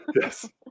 Yes